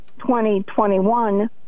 2021